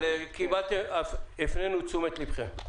אני לא יכולה להבין את כל ההיגיון של ההתנהלות הזאת.